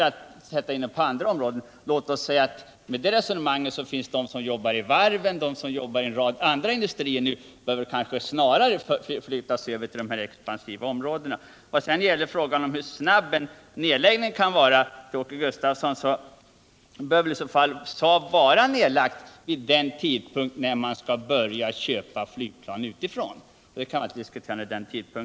I dagsläget synes mig en sådan överföring till andra branscher vara mer aktuell för dem som jobbar i varven och en del andra krisbranscher. Vad sedan gäller frågan om hur snabb en nedläggning kan vara, Åke Gustavsson, så bör väl i så fall flygindustrin vara nedlagd vid en tidpunkt när man skall börja köpa flygplan utifrån.